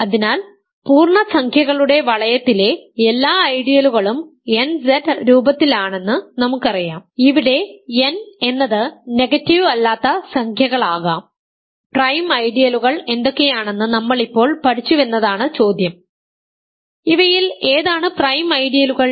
അതിനാൽ പൂർണ്ണസംഖ്യകളുടെ വലയത്തിലെ എല്ലാ ഐഡിയലുകളും nZ രൂപത്തിലാണെന്ന് നമുക്കറിയാം ഇവിടെ n എന്നത് നെഗറ്റീവ് അല്ലാത്ത സംഖ്യകളാകാം പ്രൈം ഐഡിയലുകൾ എന്തൊക്കെയാണെന്ന് നമ്മൾ ഇപ്പോൾ പഠിച്ചുവെന്നതാണ് ചോദ്യം ഇവയിൽ ഏതാണ് പ്രൈം ഐഡിയലുകൾ